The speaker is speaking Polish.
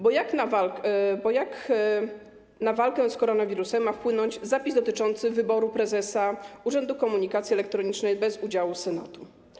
Bo jak na walkę z koronawirusem ma wpłynąć zapis dotyczący wyboru prezesa Urzędu Komunikacji Elektronicznej bez udziału Senatu?